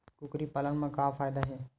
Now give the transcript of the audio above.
कुकरी पालन म का फ़ायदा हे?